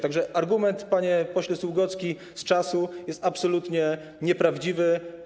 Także argument, panie pośle Sługocki, dotyczący czasu, jest absolutnie nieprawdziwy.